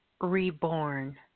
reborn